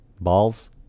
Balls